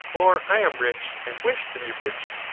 or i am rich and wish to be rich,